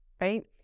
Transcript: right